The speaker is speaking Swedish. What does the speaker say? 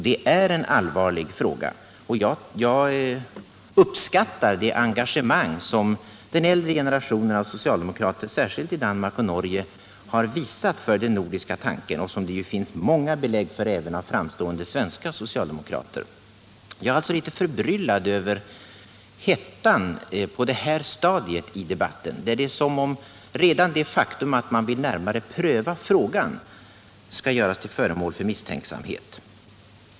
Det är en allvarlig fråga, och jag uppskattar det engagemang den äldre generationen av socialdemokrater särskilt i Danmark och Norge har visat för den nordiska tanken, något som det finns många belägg för även hos framstående svenska socialdemokrater. Jag är alltså litet förbryllad över hettan på det här stadiet i debatten. Det är som om redan det faktum att man vill närmare pröva frågan skall göras till föremål för misstänksamhet.